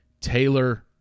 Taylor